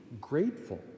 grateful